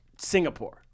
Singapore